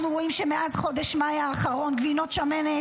אנחנו רואים שמאז חודש מאי האחרון גבינות שמנת